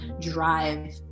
drive